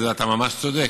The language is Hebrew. אתה ממש צודק.